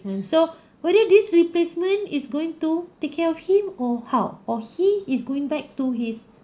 mm so would it this replacement is going to take care of him or how or he is going back to his